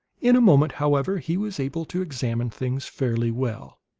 in a moment, however, he was able to examine things fairly well.